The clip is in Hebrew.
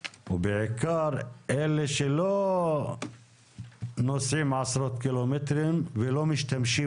ובעיקר אלה שלא נוסעים עשרות קילומטרים ולא משתמשים